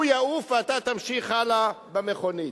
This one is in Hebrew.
הוא יעוף ואתה תמשיך הלאה במכונית.